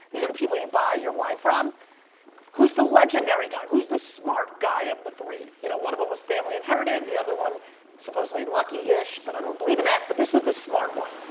these are people you buy your wine from who's the legendary guy, who's the smart guy of the three. you know, one of them was family inherited, the other one supposedly lucky-ish but i don't believe in that but this was the smart one.